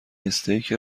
استیک